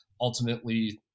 ultimately